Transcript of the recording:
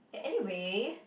anyway